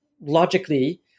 logically